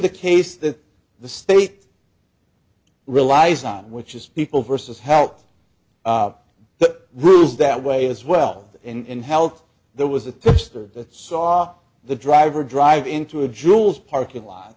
the case that the state relies on which is people versus health that rules that way as well in health there was a tipster that saw the driver drive into a jules parking lot